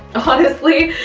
ah honestly,